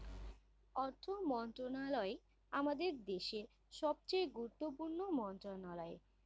অর্থ মন্ত্রণালয় আমাদের দেশের সবচেয়ে গুরুত্বপূর্ণ মন্ত্রণালয়